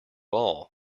all